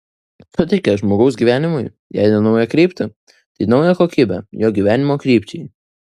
suteikia žmogaus gyvenimui jei ne naują kryptį tai naują kokybę jo gyvenimo krypčiai